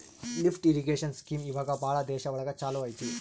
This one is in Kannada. ಲಿಫ್ಟ್ ಇರಿಗೇಷನ್ ಸ್ಕೀಂ ಇವಾಗ ಭಾಳ ದೇಶ ಒಳಗ ಚಾಲೂ ಅಯ್ತಿ